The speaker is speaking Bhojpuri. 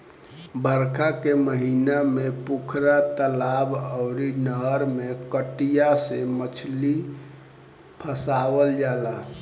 बरखा के महिना में पोखरा, तलाब अउरी नहर में कटिया से मछरी फसावल जाला